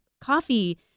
coffee